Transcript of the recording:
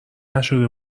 نشده